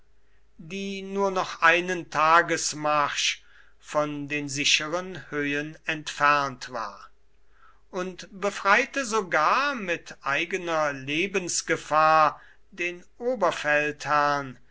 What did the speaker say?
die nur noch einen tagesmarsch von den sicheren höhen entfernt war und befreite sogar mit eigener lebensgefahr den